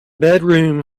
bedroom